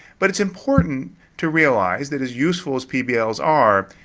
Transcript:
but it's important to realize that as useful as pbl's are,